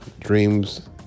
dreams